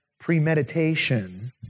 Premeditation